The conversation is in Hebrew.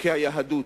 ערכי היהדות,